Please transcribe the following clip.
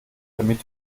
damit